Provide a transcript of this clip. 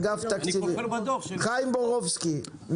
אגף תקציבים וחיים בורובסקי,